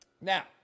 Now